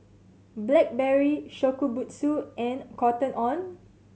Blackberry Shokubutsu and Cotton On